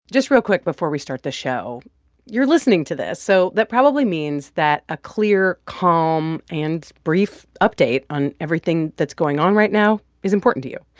just real quick before we start the show you're listening to this, so that probably means that a clear, calm and brief update on everything that's going on right now is important to you.